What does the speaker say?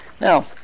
now